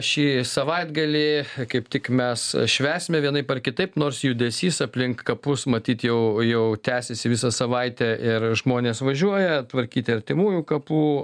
šį savaitgalį kaip tik mes švęsime vienaip ar kitaip nors judesys aplink kapus matyt jau jau tęsiasi visą savaitę ir žmonės važiuoja tvarkyti artimųjų kapų